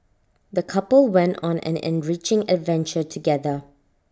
the couple went on an enriching adventure together